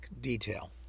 detail